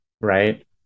right